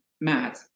mad